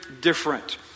different